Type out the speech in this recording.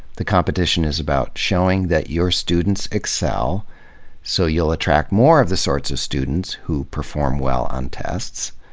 the competition is about showing that your students excel so you'll attract more of the sorts of students who perform well on tests,